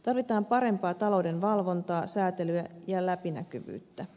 tarvitaan parempaa talouden valvontaa säätelyä ja läpinäkyvyyttä